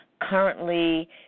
Currently